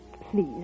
Please